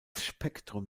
spektrum